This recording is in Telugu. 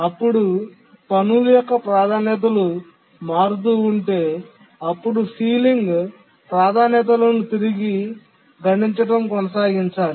అప్పుడు పనుల యొక్క ప్రాధాన్యతలు మారుతూ ఉంటే అప్పుడు సీలింగ్ ప్రాధాన్యతలను తిరిగి గణించడం కొనసాగించాలి